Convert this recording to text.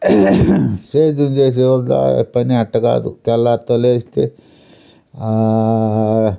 సేద్యం చేసే వాళ్ళ పని అట్ల కాదు తెల్లారితో లేస్తే